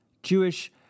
Jewish